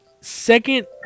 Second